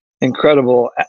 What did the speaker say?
incredible